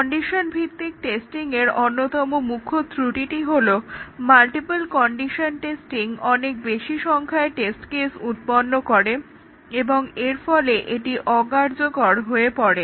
condition ভিত্তিক টেস্টিংয়ের অন্যতম মুখ্য ত্রুটিটি হলো মাল্টিপল কন্ডিশন টেস্টিং অনেক বেশি সংখ্যায় টেস্ট কেস উৎপন্ন করে এবং এর ফলে এটি অকার্যকর হয়ে পড়ে